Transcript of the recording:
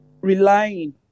relying